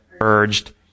urged